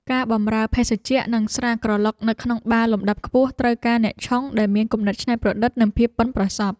ការបម្រើភេសជ្ជៈនិងស្រាក្រឡុកនៅក្នុងបារលំដាប់ខ្ពស់ត្រូវការអ្នកឆុងដែលមានគំនិតច្នៃប្រឌិតនិងភាពប៉ិនប្រសប់។